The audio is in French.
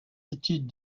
études